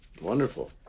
Wonderful